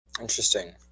interesting